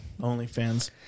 OnlyFans